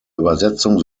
übersetzung